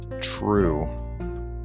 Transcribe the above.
true